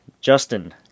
Justin